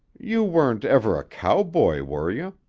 you weren't ever a cowboy, were you?